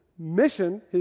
mission